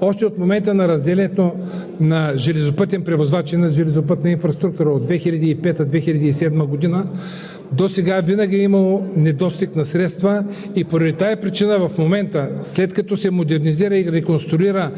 още от момента на разделянето – на железопътен превозвач и на железопътна инфраструктура, от 2005 – 2007 г. досега, винаги е имало недостиг на средства. По тази причина в момента, след като се модернизират и реконструират